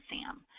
SAM